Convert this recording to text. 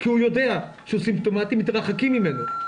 כי הוא יודע שהוא סימפטומטי, מתרחקים ממנו.